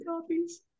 copies